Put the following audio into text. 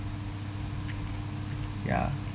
ya